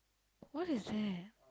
what is that